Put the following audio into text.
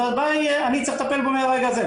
אז אני צריך ל טפל בו מרגע זה.